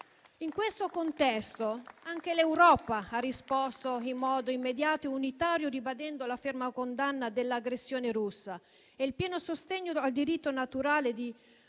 In questo contesto, anche l'Europa ha risposto in modo immediato e unitario, ribadendo la ferma condanna dell'aggressione russa e il pieno sostegno al diritto naturale di